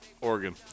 Oregon